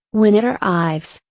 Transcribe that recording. when it arrives,